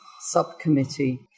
subcommittee